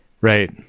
right